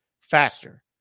faster